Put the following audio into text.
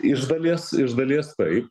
iš dalies iš dalies taip